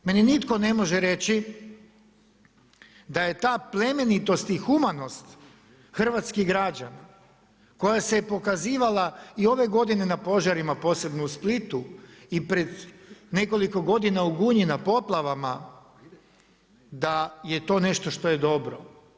Meni nitko ne može reći da je ta plemenitost i humanost hrvatskih građana koja se pokazivala i ove godine na požarima posebno u Splitu i pred nekoliko godina u Gunji na poplavama, da je to nešto što je dobro.